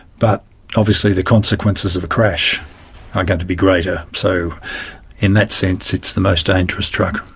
but obviously the consequences of a crash are going to be greater, so in that sense it's the most dangerous truck.